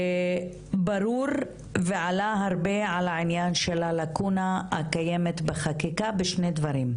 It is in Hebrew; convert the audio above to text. ברור ועלה הרבה על העניין של הלקונה הקיימת בחקיקה בשני דברים.